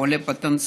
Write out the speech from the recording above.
או עולה פוטנציאלי,